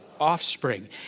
offspring